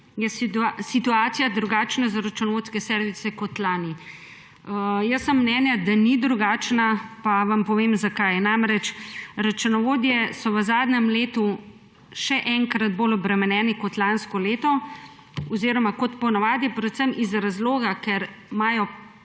situacija drugačna, kot je bila lani. Jaz sem mnenja, da ni drugačna, pa vam povem, zakaj. Računovodje so v zadnjem letu še enkrat bolj obremenjeni kot lansko leto oziroma kot ponavadi predvsem iz razloga, ker imajo